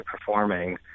performing